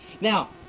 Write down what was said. Now